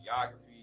geography